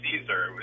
Caesar